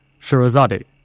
Shirazade